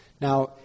Now